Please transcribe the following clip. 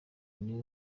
niwe